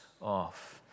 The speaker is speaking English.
off